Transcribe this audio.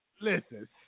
listen